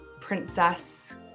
Princess